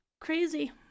crazy